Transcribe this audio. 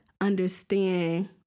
understand